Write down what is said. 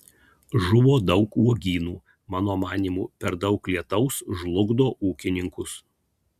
žuvo daug uogynų mano manymu per daug lietaus žlugdo ūkininkus